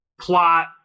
plot